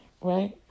right